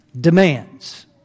Demands